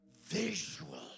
Visual